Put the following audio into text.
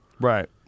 Right